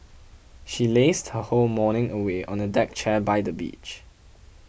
she lazed her whole morning away on a deck chair by the beach